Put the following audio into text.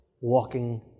walking